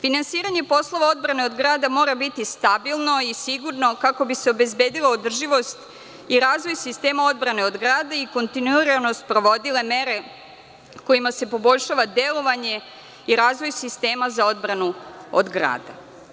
Finansiranje poslova odbrane od grada mora biti stabilno i sigurno, kako bi se obezbedila održivost i razvoj sistema odbrane od grada i kontinuirano sprovodile mere kojima se poboljšava delovanje i razvoj sistema za odbranu od grada.